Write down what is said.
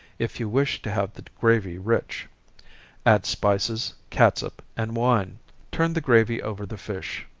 if you wish to have the gravy rich add spices, catsup and wine turn the gravy over the fish.